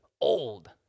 old